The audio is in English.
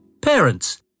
Parents